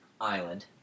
island